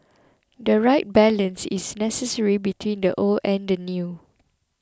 the right balance is necessary between the old and the new